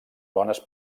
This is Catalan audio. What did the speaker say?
bones